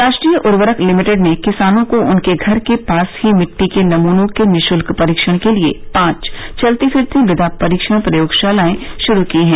राष्ट्रीय उर्वरक लिमिटेड ने किसानों को उनके घर के पास ही मिट्टी के नमूनों के निःशुल्क परीक्षण के लिए पांच चलती फिरती मृदा परीक्षण प्रयोगशालाएं शुरू की हैं